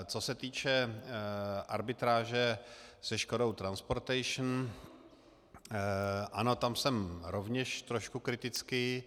Co se týče arbitráže se Škodou Transportation ano, tam jsem rovněž trošku kritický.